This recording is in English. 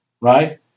right